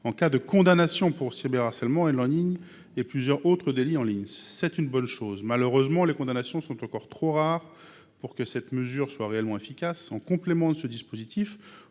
en cas de condamnation pour cyberharcèlement, haine en ligne et plusieurs autres délits en ligne. C’est une bonne chose, mais, malheureusement, les condamnations sont encore trop rares pour que cette mesure soit réellement efficace. En complément de ce dispositif,